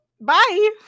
Bye